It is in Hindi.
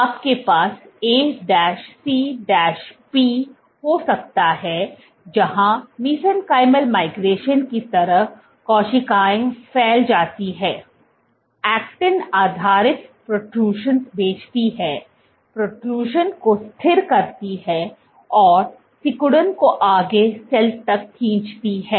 आपके पास A C P हो सकता है जहां मेसेंकाईमल माइग्रेशन की तरह कोशिकाएं फैल जाती हैं एक्टिन आधारित प्रोट्रूशियंस भेजती हैं प्रोट्रूएशन को स्थिर करती हैं और सिकुड़न को आगे सेल तक खींचती हैं